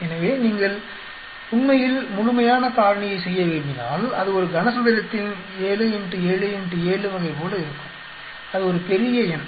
எனவே நீங்கள் உண்மையில் முழுமையான காரணியை செய்ய விரும்பினால் அது ஒரு கனசதுரத்தின் 7 X 7 X 7 வகை போல இருக்கும் அது ஒரு பெரிய எண்